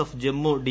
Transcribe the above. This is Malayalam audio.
F Jammu D